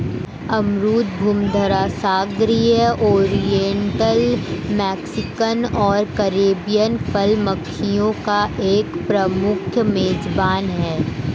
अमरूद भूमध्यसागरीय, oriental, Mexican और कैरिबियन फल मक्खियों का एक प्रमुख मेजबान है